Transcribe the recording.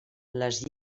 les